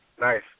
Nice